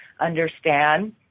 understand